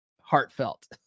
heartfelt